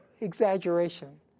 exaggeration